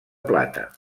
plata